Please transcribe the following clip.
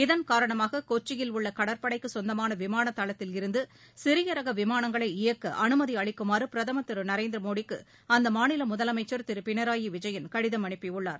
இதன்காரணமாக கொச்சியில் உள்ள கடற்படைக்கு சொந்தமான விமான தளத்திலிருந்து சிறிய ரக விமானங்களை இயக்க அனுமதி அளிக்குமாறு பிரதமர் திரு நரேந்திர மோடிக்கு அம்மாநில முதலமைச்சர் திரு பினராயி விஜயன் கடிதம் அனுப்பியுள்ளார்